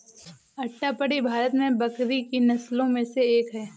अट्टापडी भारत में बकरी की नस्लों में से एक है